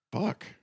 Fuck